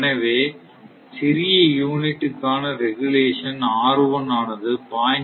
எனவே சிறிய யூனிட்டுக்கான ரெகுலேஷன் ஆனது 0